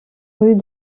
rue